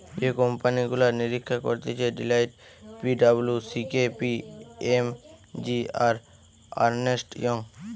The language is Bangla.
যে কোম্পানি গুলা নিরীক্ষা করতিছে Deloitte, P W C, K P M G, আর আর্নেস্ট ইয়ং